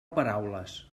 paraules